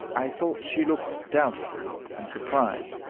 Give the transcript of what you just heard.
i thought she looked doubtful and surprised.